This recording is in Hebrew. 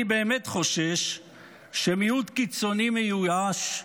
אני באמת חושש שמיעוט קיצוני מיואש,